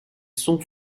sont